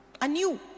anew